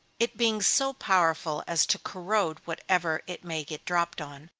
it being so powerful as to corrode whatever it may get dropped on,